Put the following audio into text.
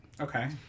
Okay